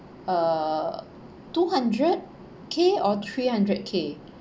uh two hundred K or three hundred K